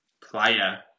player